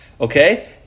Okay